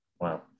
Wow